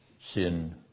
sin